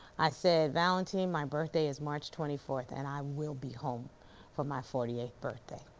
i said, valentin, my birthday is march twenty fourth and i will be home for my forty eighth birthday.